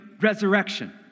resurrection